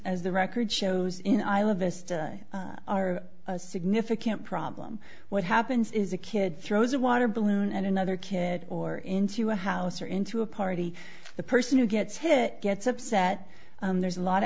as the record shows in i love this are a significant problem what happens is a kid throws a water balloon and another kid or into a house or into a party the person who gets hit gets upset there's a lot of